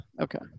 Okay